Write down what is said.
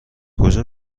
کجا